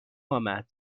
آمد